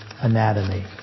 anatomy